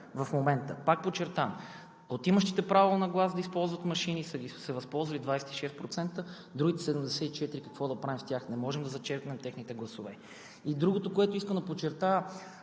на тях. Пак подчертавам, от имащите право на глас да използват машини са се възползвали само 26%, другите 74% – какво да правим с тях? Не можем да зачеркнем техните гласове. Другото, което искам да подчертая.